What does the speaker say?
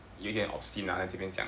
有一点 obscene ah 这边讲